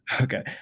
Okay